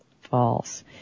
False